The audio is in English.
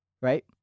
Right